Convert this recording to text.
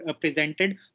presented